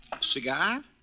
Cigar